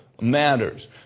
matters